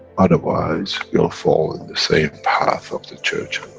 otherwise you'll fall in the same path of the church